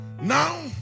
now